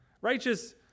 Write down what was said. Righteous